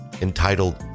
entitled